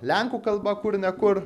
lenkų kalba kur ne kur